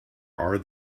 are